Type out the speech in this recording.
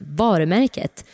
varumärket